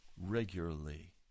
regularly